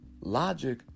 logic